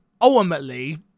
ultimately